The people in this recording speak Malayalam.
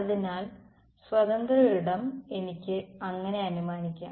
അതിനാൽ സ്വതന്ത്ര ഇടം എനിക്ക് അങ്ങനെ അനുമാനിക്കാം